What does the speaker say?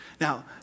Now